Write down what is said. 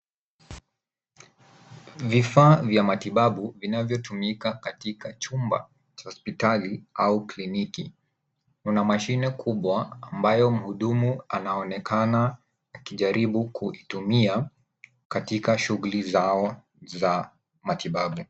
Vifaa vya matibabu vinavyotumika katika chumba cha hospitali au kliniki. Kuna mashine kubwa ambayo mhudumu anaonekana akijaribu kuituimia katika shughuli zao za matibabu.